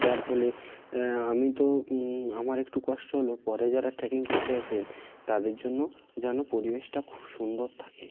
যার ফলে আমি তো আমার একটু কষ্ট হলেও পরে যারা ট্রেকিং করতে আসবেন তাদের জন্য যেন পরিবেশটা খুব সুন্দর থাকে